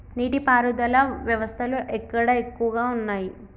నీటి పారుదల వ్యవస్థలు ఎక్కడ ఎక్కువగా ఉన్నాయి?